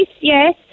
yes